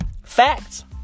Facts